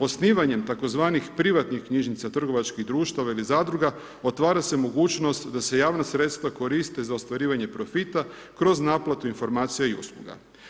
Osnivanjem tzv. privatnih knjižnica, trgovačkih društava ili zadruga otvara se mogućnost da se javna sredstva koriste za ostvarivanje profita kroz naplatu informacija i usluga.